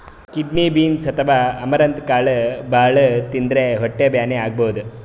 kidney beans ಅಥವಾ amaranth ಕಾಳ್ ಭಾಳ್ ತಿಂದ್ರ್ ಹೊಟ್ಟಿ ಬ್ಯಾನಿ ಆಗಬಹುದ್